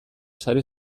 sare